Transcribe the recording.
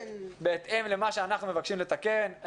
בהתאם למה שאנחנו מבקשים לתקן.